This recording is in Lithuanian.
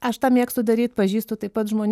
aš tą mėgstu daryti pažįstu taip pat žmonių